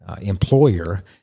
employer